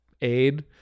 aid